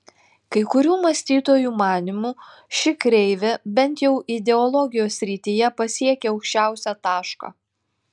kai kurių mąstytojų manymu ši kreivė bent jau ideologijos srityje pasiekė aukščiausią tašką